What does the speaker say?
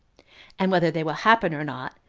and whether they will happen or not,